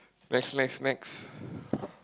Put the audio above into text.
next next next